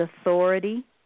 authority